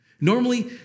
Normally